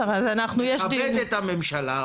נכבד את הממשלה,